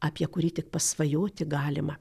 apie kurį tik pasvajoti galima